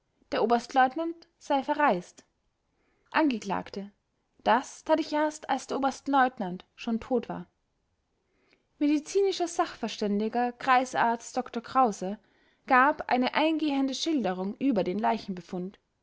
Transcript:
der oberstleutnant sei verreist angekl das tat ich erst als der oberstleutnant schon tot war medizinischer sachverständiger kreisarzt dr krause gab eine eingehende schilderung über den